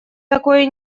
такое